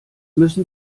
müssen